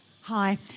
Hi